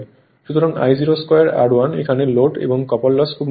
সুতরাং I02 R1 এখানে load এবং কপার লস খুব নগণ্য